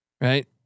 right